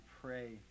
pray